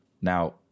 now